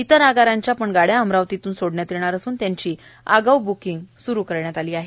इतर आगाराच्या पण गाड्या अमरावतीतून सोडण्यात येणार असून त्यांची आगाऊ ब्किंग सुद्धा सुरू आहे